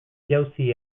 jauzi